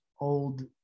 old